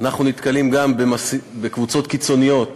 אנחנו נתקלים גם בקבוצות קיצוניות